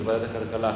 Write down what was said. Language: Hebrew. בוועדת הכלכלה.